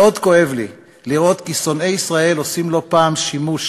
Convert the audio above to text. מאוד כואב לי לראות כי שונאי ישראל עושים לא פעם שימוש